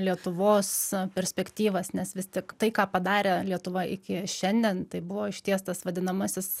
lietuvos perspektyvas nes vis tik tai ką padarė lietuva iki šiandien tai buvo išties tas vadinamasis